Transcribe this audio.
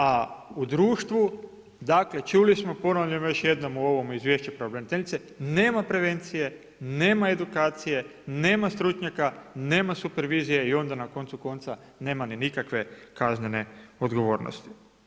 A u društvu čuli smo ponavljam još jednom u ovom izvješću pravobraniteljice, nema prevencije, nema edukacije, nema stručnjaka, nema supervizije i onda na koncu konca nema ni nikakve kaznene odgovornosti.